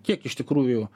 kiek iš tikrųjų